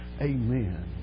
Amen